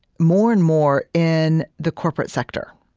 more and more, in the corporate sector.